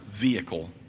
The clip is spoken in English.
vehicle